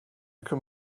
can